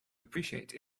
appreciate